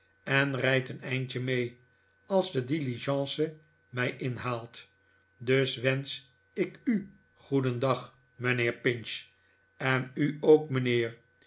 en rijd een eindje mee als de diligence mij inhaalt dus wensch ik u goedendag mijnheer pinch en u ook mijnheer